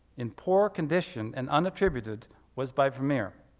in poor condition and unattributed was by vermeer.